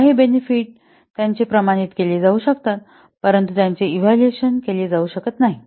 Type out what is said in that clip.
काही बेनेफिट त्यांचे प्रमाणित केले जाऊ शकते परंतु त्यांचे इव्हॅल्युशन केले जाऊ शकत नाही